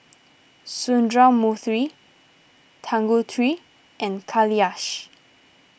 Sundramoorthy Tanguturi and Kailash